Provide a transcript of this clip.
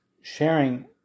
sharing